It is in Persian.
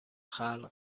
خلق